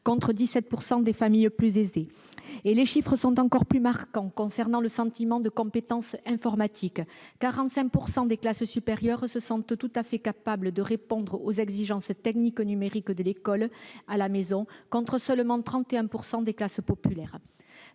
contre 17 % des familles plus aisées. Les chiffres sont encore plus marquants en ce qui concerne le sentiment de compétence informatique : 45 % des parents des classes supérieures se sentent tout à fait capables de répondre aux exigences techniques numériques de l'école à la maison contre seulement 31 % des parents